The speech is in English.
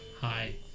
Hi